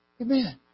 Amen